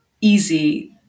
easy